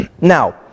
Now